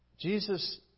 Jesus